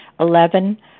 Eleven